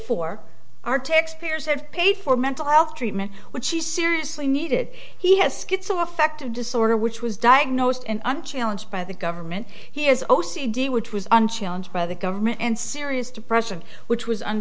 for our taxpayers have paid for mental health treatment which is seriously needed he has schizoaffective disorder which was diagnosed in unchallenged by the government he has o c d which was unchallenged by the government and serious depression which was